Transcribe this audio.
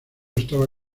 estaba